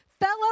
Fellow